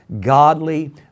godly